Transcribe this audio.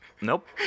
Nope